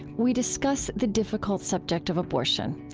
we discuss the difficult subject of abortion.